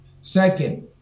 Second